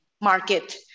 market